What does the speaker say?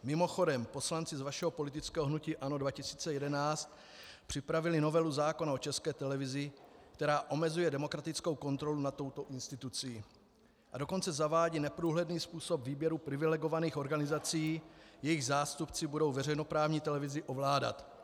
Mimochodem poslanci z vašeho politického hnutí ANO 2011 připravili novelu zákona o České televizi, která omezuje demokratickou kontrolu nad touto institucí, a dokonce zavádí neprůhledný způsob výběru privilegovaných organizací, jejichž zástupci budou veřejnoprávní televizi ovládat.